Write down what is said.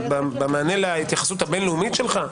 במענה להתייחסות הבין-לאומית שלך,